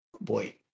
boy